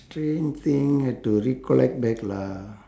strange thing have to recollect back lah